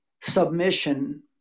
Submission